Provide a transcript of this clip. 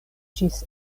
ĝis